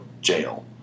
jail